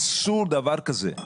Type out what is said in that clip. אסור דבר כזה.